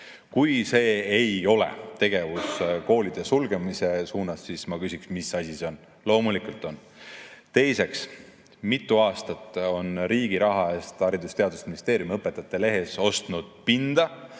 Kui see ei ole tegevus koolide sulgemise suunas, siis ma küsin, mis asi see on. Loomulikult [see seda] on. Teiseks, mitu aastat on riigi raha eest Haridus‑ ja Teadusministeerium Õpetajate Lehes ostnud pinda